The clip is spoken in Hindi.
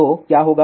तो क्या होगा